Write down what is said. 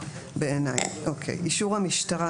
אישור המשטרה,